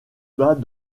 bas